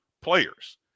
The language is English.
players